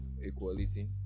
equality